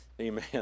amen